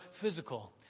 physical